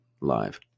live